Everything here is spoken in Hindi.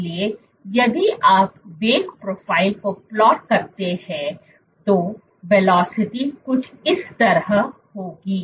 इसलिए यदि आप वेग प्रोफाइल को प्लॉट करते हैं तो वेलोसिटी प्रोफाइल कुछ इस तरह होगी